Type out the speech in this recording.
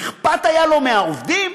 אכפת היה לו מהעובדים,